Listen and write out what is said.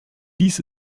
dies